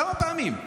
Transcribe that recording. לאזרחים ותיקים.